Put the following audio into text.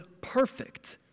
perfect